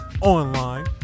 online